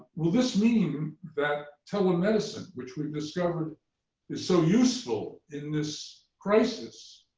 will this mean that telemedicine, which we've discovered is so useful in this crisis,